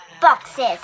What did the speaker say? boxes